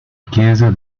chiesa